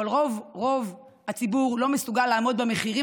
אבל רוב הציבור לא מסוגל לעמוד במחירים